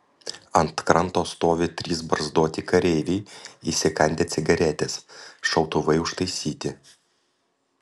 ant kranto stovi trys barzdoti kareiviai įsikandę cigaretes šautuvai užtaisyti